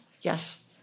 Yes